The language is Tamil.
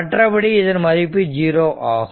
மற்றபடி இதன் மதிப்பு 0 ஆகும்